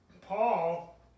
Paul